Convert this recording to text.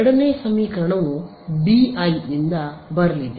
ಎರಡನೇ ಸಮೀಕರಣವು BI ಯಿಂದ ಬರಲಿದೆ